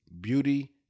beauty